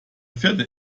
vierte